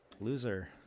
Loser